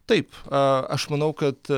taip aš manau kad